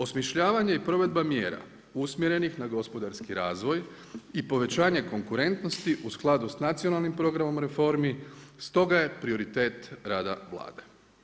Osmišljavanje i provedba mjera, usmjerenih na gospodarski razvoj i povećanja konkurentnosti u skladu s nacionalnim programom reformi, stoga je prioritet rada Vlade.